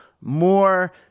more